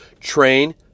Train